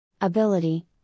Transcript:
Ability